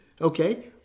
okay